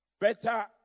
Better